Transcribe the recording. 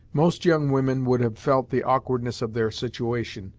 most young women would have felt the awkwardness of their situation,